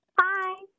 Hi